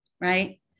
right